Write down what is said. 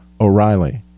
O'Reilly